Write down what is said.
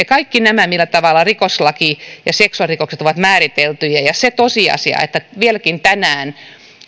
kaikki nämä millä tavalla rikoslaissa seksuaalirikokset ovat määriteltyjä ja se tosiasia että vieläkin tänään